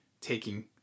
taking